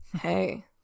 Hey